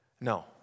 No